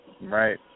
Right